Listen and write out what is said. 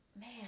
man